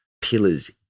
pillars